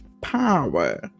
power